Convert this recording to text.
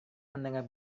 mendengar